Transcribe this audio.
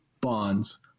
bonds